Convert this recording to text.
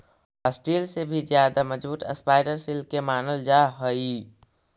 steel से भी ज्यादा मजबूत स्पाइडर सिल्क के मानल जा हई